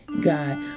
God